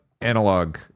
Analog